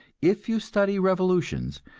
if you study revolutions,